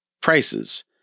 prices